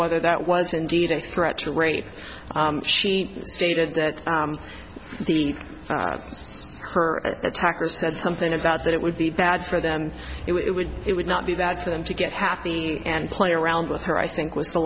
whether that was indeed a threat to rape she stated that the her attacker said something about that it would be bad for them it would it would not be bad for them to get happy and play around with her i think was the